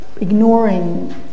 ignoring